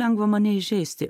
lengva mane įžeisti